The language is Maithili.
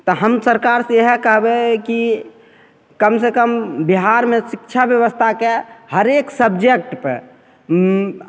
तऽ हम सरकारसे इएह कहबै कि कमसे कम बिहारमे शिक्षा बेबस्थाके हरेक सब्जेक्टपर